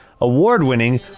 award-winning